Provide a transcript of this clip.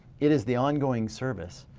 it is the ongoing service.